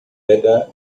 better